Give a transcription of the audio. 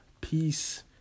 Peace